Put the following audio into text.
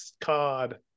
COD